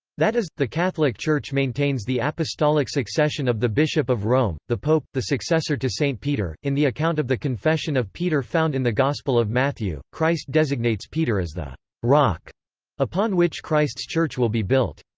that is, the catholic church maintains the apostolic succession of the bishop of rome, the pope the successor to saint peter in the account of the confession of peter found in the gospel of matthew, christ designates peter as the rock upon which christ's church will be built.